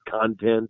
content